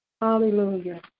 Hallelujah